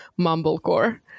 mumblecore